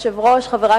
רבותי,